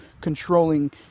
controlling